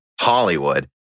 Hollywood